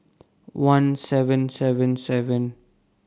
one seven seven seven